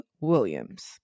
Williams